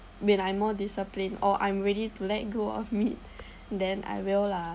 when I'm more disciplined or I'm ready to let go of meat then I will lah